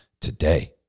today